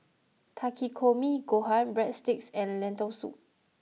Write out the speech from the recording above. Takikomi Gohan Breadsticks and Lentil Soup